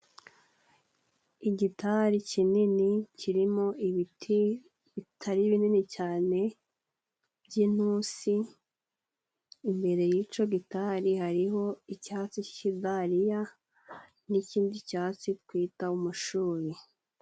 Igitari kinini kirimo ibiti bitari binini cyane, by'intusi imbere y'ico gitari hariho icyatsi cy'ikidariya n'ikindi cyatsi twita umushubi.